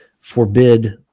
forbid